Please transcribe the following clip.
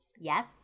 yes